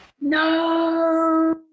No